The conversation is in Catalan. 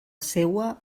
seua